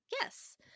Yes